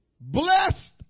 Blessed